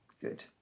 good